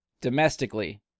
domestically